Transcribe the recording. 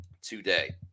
today